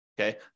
okay